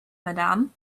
madam